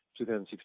2016